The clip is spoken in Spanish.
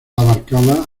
abarcaba